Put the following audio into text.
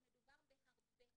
גם מדובר בהרבה כסף.